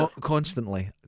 constantly